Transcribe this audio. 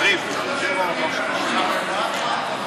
האמת, לשתוק זה לא מפריע לאף אחד להתרכז ולדבר.